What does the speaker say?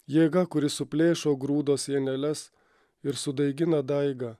jėga kuri suplėšo grūdo sieneles ir sudaigina daigą